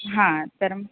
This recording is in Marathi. हां तर मग